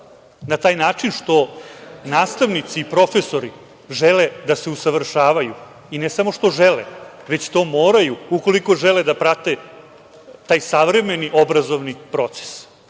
na taj način što nastavnici i profesori žele da se usavršavaju. Ne samo što žele već to moraju ukoliko žele da prate taj savremeni obrazovni proces. Ono